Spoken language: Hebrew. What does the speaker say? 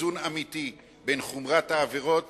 ואיזון אמיתי בין חומרת העבירות